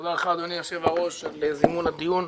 תודה לך, אדוני יושב-הראש, על זימון הדיון.